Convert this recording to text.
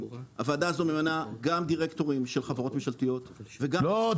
הוועדה הזו ממנה גם דירקטורים של חברות ממשלתיות וגם --- לא,